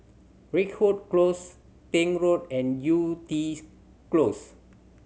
Ridgewood Close Tank Road and Yew Tee Close